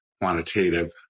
quantitative